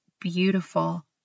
Beautiful